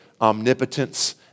omnipotence